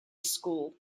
school